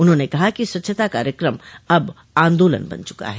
उन्होंने कहा कि स्वच्छता कार्यक्रम अब आंदोलन बन चुका है